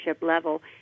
level